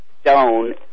stone